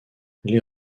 les